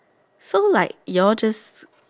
so like your just